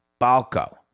Balco